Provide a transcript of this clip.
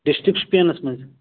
district شُپینَس منٛز